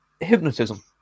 hypnotism